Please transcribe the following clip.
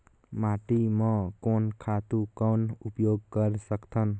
माटी म कोन खातु कौन उपयोग कर सकथन?